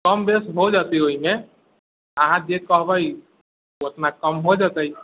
कम बेस भऽ जेतै ओहिमे अहाँ जे कहबै ओतना कम हो जेतै